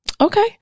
okay